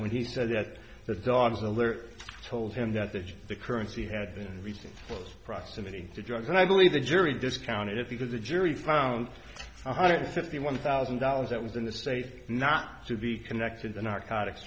when he said that the dogs alert told him that the edge of the currency had been recent close proximity to drugs and i believe the jury discounted it because the jury found one hundred fifty one thousand dollars that was in the state not to be connected to narcotics